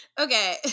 okay